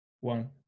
one